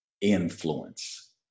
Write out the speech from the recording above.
influence